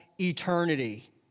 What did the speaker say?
eternity